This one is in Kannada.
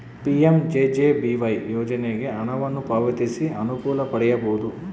ಪಿ.ಎಂ.ಜೆ.ಜೆ.ಬಿ.ವೈ ಯೋಜನೆಗೆ ಹಣವನ್ನು ಪಾವತಿಸಿ ಅನುಕೂಲ ಪಡೆಯಬಹುದು